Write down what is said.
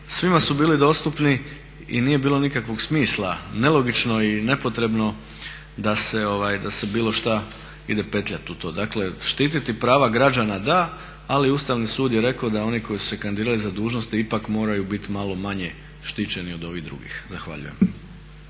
svima su bili dostupni i nije bilo nikakvog smisla, nelogično i nepotrebno da se bilo šta ide petljati u tom. Dakle, štiti prava građana da ali Ustavni sud je rekao da oni koji su se kandidirali za dužnosti ipak moraju biti malo manje štićeni od ovih drugih. Zahvaljujem.